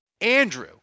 Andrew